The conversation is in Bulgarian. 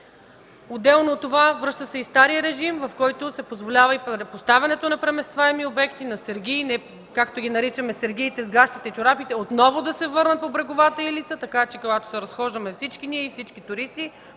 Отделно от това, връща се и старият режим, в който се позволява и поставянето на преместваеми обекти, сергии, както ги наричаме „сергиите с гащите и чорапите” отново да се върнат по бреговата ивица, така че когато се разхождаме всички ние и всички туристи